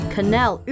Canal